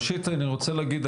ראשית אני רוצה להגיד,